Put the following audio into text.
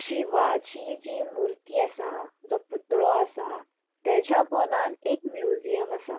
शिवाची जी मुर्ती आसा जो पुतळो आसा तेज्या पोनांत एक म्युजियम आसा